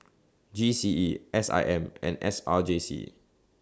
G C E S I M and S R J C